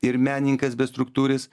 ir menininkas bestruktūris